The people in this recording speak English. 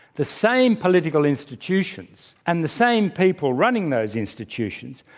the same political institutions and the same people running those institutions,